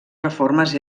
reformes